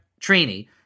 Trini